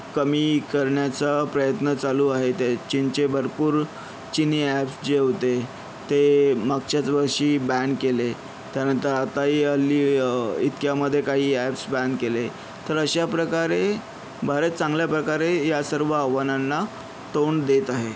कमी करण्याचा प्रयत्न चालू आहे त्या चीनचे भरपूर चिनी ॲप जे होते ते मागच्याच वर्षी बॅन केले त्यानंतर आताही हल्ली इतक्यामध्ये काही ॲप्स बॅन केले तर अशाप्रकारे भारत चांगल्या प्रकारे या सर्व आव्हानांना तोंड देत आहे